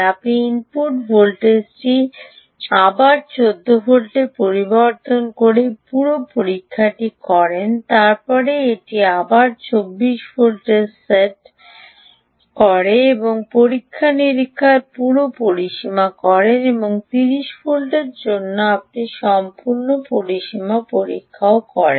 আপনি ইনপুট ভোল্টেজটি আবার 18 ভোল্টে পরিবর্তন করে পুরো পরীক্ষাটি করেন তারপরে আপনি এটি আবার 24 ভোল্টে সেট করে এবং পরীক্ষা নিরীক্ষার পুরো পরিসীমা করেন এবং 30 ভোল্টের জন্য আপনি সম্পূর্ণ পরিসীমা পরীক্ষাও করেন